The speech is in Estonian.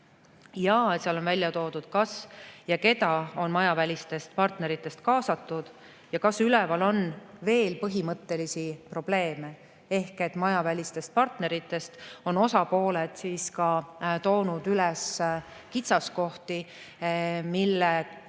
ja seal on välja toodud, kas ja keda on majavälistest partneritest kaasatud ja kas üleval on veel põhimõttelisi probleeme, ehk et majavälistest partneritest osapooled on toonud välja kitsaskohti, mille